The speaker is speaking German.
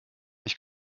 ich